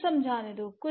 मुझे समझाने दो